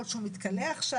יכול להיות שהוא מתקלח שם?